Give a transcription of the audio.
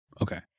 Okay